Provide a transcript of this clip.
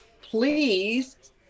please